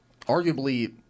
arguably